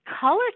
color